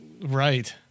Right